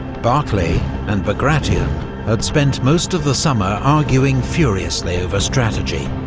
barclay and bagration had spent most of the summer arguing furiously over strategy,